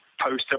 poster